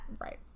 Right